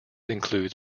includes